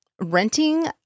renting